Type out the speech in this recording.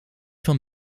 van